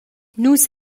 nus